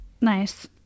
Nice